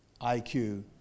IQ